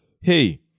hey